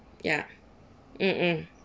ya mm mm